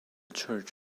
church